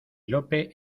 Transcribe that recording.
lope